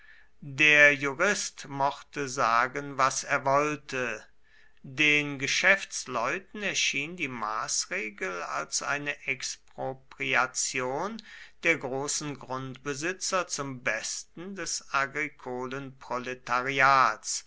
der jurist mochte sagen was er wollte den geschäftsleuten erschien die maßregel als eine expropriation der großen grundbesitzer zum besten des